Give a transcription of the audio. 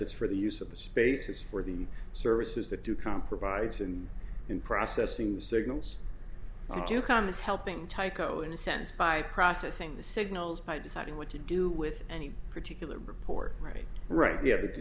it's for the use of the spaces for the services that do come provides and in processing the signals to come is helping tyco in a sense by processing the signals by deciding what to do with any particular report right right yeah they d